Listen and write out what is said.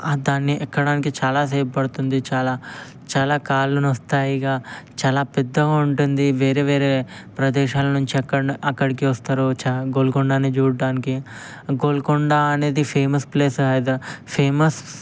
ఆ దాన్ని ఎక్కడానికి చాలాసేపు పడుతుంది చాలా చాలా కాళ్ళు నొస్తాయి ఇక చాలా పెద్దగా ఉంటుంది వేరేవేరే ప్రదేశాల నుంచి ఎక్కడినుం అక్కడికి వస్తారు చా గోల్కొండని చూడ్డానికి గోల్కొండ అనేది ఫేమస్ ప్లేస్ ఫేమస్